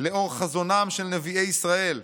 לאור חזונם של נביאי ישראל,